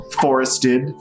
forested